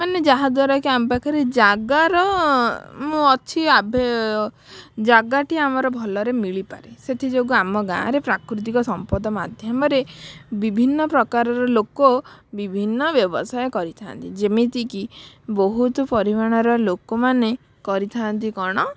ମାନେ ଯାହାଦ୍ୱାରା କି ଆମ ପାଖରେ ଜାଗାର ଅଛି ଜାଗାଟି ଆମର ଭଲରେ ମିଳିପାରେ ସେଥିଯୋଗୁଁ ଆମ ଗାଁରେ ପ୍ରାକୃତିକ ସମ୍ପଦ ମାଧ୍ୟମରେ ବିଭିନ୍ନ ପ୍ରକାରର ଲୋକ ବିଭିନ୍ନ ବ୍ୟବସାୟ କରିଥାନ୍ତି ଯେମିତିକି ବହୁତ ପରିମାଣର ଲୋକମାନେ କରିଥାନ୍ତି କ'ଣ